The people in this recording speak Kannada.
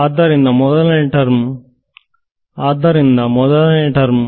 ಆದ್ದರಿಂದ ಮೊದಲನೇ ಟರ್ಮ್